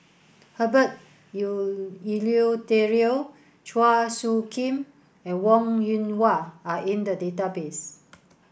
Herbert Eleuterio Chua Soo Khim and Wong Yoon Wah are in the database